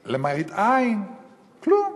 של מראית עין, כלום.